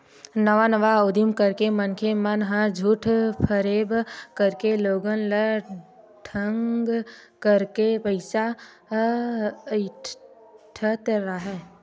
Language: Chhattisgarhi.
नवा नवा उदीम करके मनखे मन ह झूठ फरेब करके लोगन ल ठंग करके पइसा अइठत हवय